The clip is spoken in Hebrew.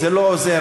זה לא עוזר.